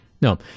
No